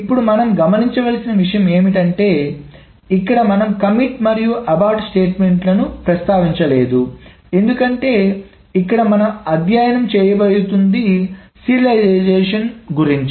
ఇప్పుడు మనం గమనించాల్సిన విషయం ఏమిటి అంటే ఇక్కడ మనము కమిట్ మరియు అబార్టు స్టేట్మెంట్లను ప్రస్తావించలేదు ఎందుకంటే మనం ఇక్కడ అధ్యయనం చేయబోయేది సీరియలైజేషన్ గురించి